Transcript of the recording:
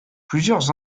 plusieurs